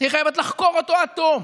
יהיו חייבות לחקור אותו עד תום,